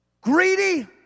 greedy